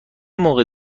موقع